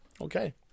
Okay